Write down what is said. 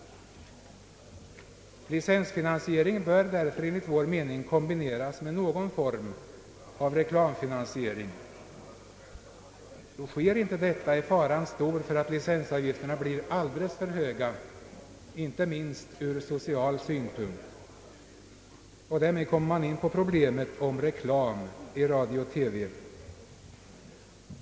Licensfinansieringen bör därför enligt vår mening kombineras med någon form av reklamfinansiering. Sker inte detta är faran stor för att licensavgifterna blir alldeles för höga, inte minst ur social synpunkt. Därmed kommer man in på problemet om reklam i radio-TV.